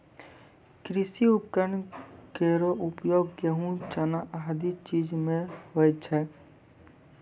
कृषि उपकरण केरो प्रयोग गेंहू, चना आदि चीज म होय छै